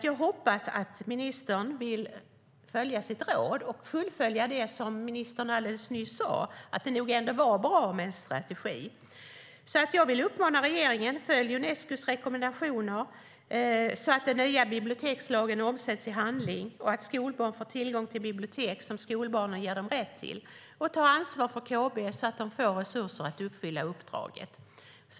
Jag hoppas att ministern vill följa sitt råd och fullfölja det som han alldeles nyss sade: att det nog ändå är bra med en strategi. Jag vill uppmana regeringen att följa Unescos rekommendationer så att den nya bibliotekslagen omsätts i handling och skolbarn får tillgång till bibliotek, som skollagen ger dem rätt till, samt att ta ansvar för KB så att de får resurser att uppfylla uppdraget.